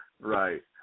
Right